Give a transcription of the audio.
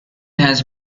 has